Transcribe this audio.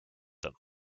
them